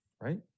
Right